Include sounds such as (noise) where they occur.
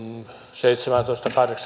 seitsemääntoistatuhanteen (unintelligible)